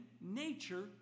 nature